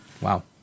Wow